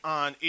on